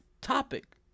topic